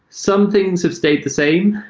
some things have stayed the same,